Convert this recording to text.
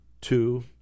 two